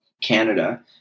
Canada